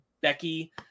Becky